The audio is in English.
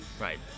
Right